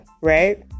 right